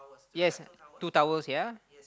yes two towels ya